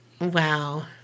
Wow